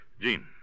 Jean